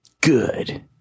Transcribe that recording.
Good